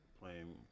playing